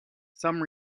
some